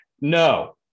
no